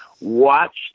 watch